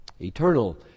eternal